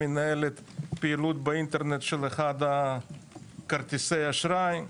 מנהלת פעילות באינטרנט של כרטיסי האשראי.